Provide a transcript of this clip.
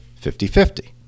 50-50